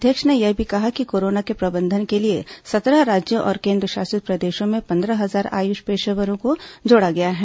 अध्यक्ष ने यह भी कहा कि कोरोना के प्रबंधन के लिए सत्रह राज्यों और केन्द्रशासित प्रदेशों में पन्द्रह हजार आयुष पेशेवरों को जोड़ा गया है